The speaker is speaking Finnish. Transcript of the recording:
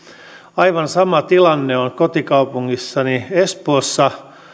aivan sama tilanne on kotikaupungissani espoossa